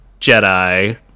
Jedi